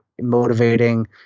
motivating